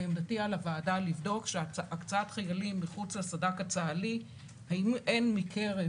לעמדתי על הוועדה לבדוק שהקצאת חיילים מחוץ לסד"כ הצה"לי האם מקרב